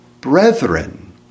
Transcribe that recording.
brethren